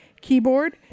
keyboard